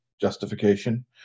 justification